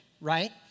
right